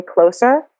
closer